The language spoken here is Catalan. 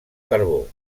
carbó